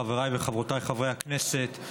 חבריי וחברותיי חברי הכנסת,